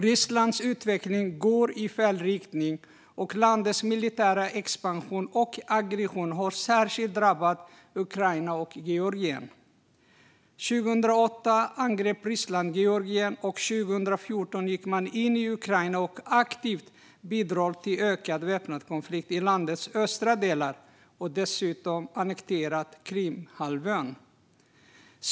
Rysslands utveckling går i fel riktning, och landets militära expansion och aggression har särskilt drabbat Ukraina och Georgien. År 2008 angrep Ryssland Georgien, och 2014 gick man in i Ukraina, där man aktivt bidrar till ökad väpnad konflikt i landets östra delar. Dessutom har man annekterat Krimhalvön.